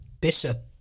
Bishop